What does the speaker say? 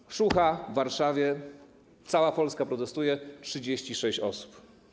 Aleja Szucha w Warszawie - cała Polska protestuje - 36 osób.